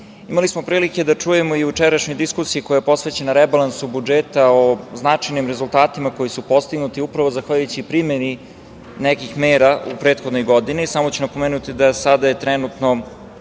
smo prilike da čujemo jučerašnju diskusiju koja je posvećena rebalansu budžeta o značajnim rezultatima koji su postignuti upravo zahvaljujući primeni nekih mera u prethodnoj godini, samo ću napomenuti, sad je trenutno